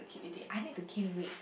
keep eating I need to gain weight